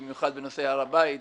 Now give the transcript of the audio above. במיוחד בנושא הר הבית וירושלים.